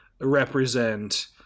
represent